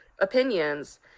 opinions